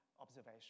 observation